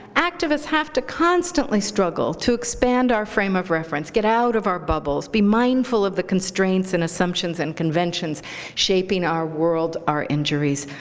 activists have to constantly struggle to expand our frame of reference, get out of our bubbles, be mindful of the constraints and assumptions and conventions shaping our world, our injuries,